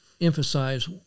emphasize